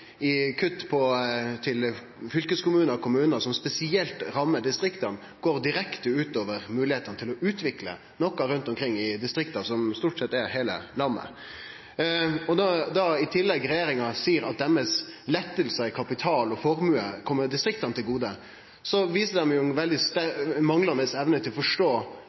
fylkeskommunar og kommunar som spesielt rammar distrikta, går direkte ut over moglegheitene til å utvikle noko rundt omkring i distrikta – som stort sett er heile landet. Når regjeringa i tillegg seier at lettane på kapital og formue kjem distrikta til gode, viser ein ei manglande evne til å forstå